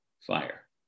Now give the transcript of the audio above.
fire